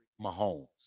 Mahomes